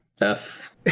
F-